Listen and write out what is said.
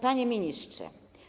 Panie Ministrze!